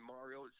Mario